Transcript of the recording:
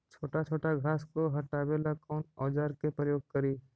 छोटा छोटा घास को हटाबे ला कौन औजार के प्रयोग करि?